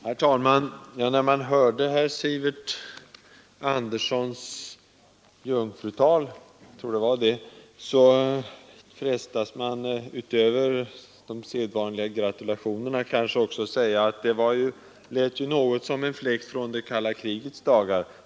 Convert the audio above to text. Herr talman! När man hört herr Sivert Anderssons jungfrutal — jag tror att det var hans jungfrutal nyss — är man frestad att utöver de sedvanliga gratulationerna också säga att det lät som något av en fläkt från det kalla krigets dagar.